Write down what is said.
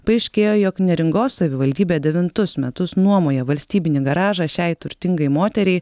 paaiškėjo jog neringos savivaldybė devintus metus nuomoja valstybinį garažą šiai turtingai moteriai